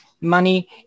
money